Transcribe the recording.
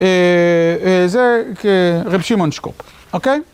זה רב שמעון שקאפ, אוקיי?